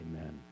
Amen